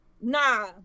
Nah